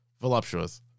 voluptuous